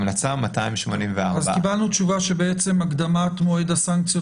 המלצה 284. אז קיבלנו תשובה שבעצם הקדמת מועד הסנקציות